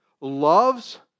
loves